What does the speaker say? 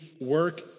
work